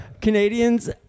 Canadians